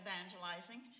evangelizing